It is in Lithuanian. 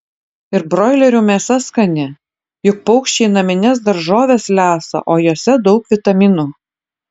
ir broilerių mėsa skani juk paukščiai namines daržoves lesa o jose daug vitaminų